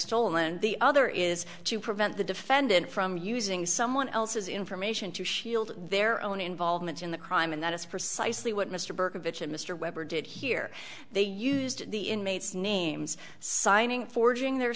stolen the other is to prevent the defendant from using someone else's information to shield their own involvement in the crime and that is precisely what mr burka bitch and mr weber did here they used the inmates names signing forging their